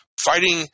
fighting